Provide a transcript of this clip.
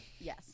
Yes